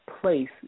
place